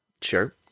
Sure